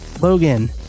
Logan